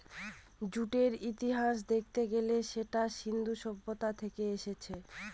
জুটের ইতিহাস দেখতে গেলে সেটা সিন্ধু সভ্যতা থেকে এসেছে